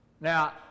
Now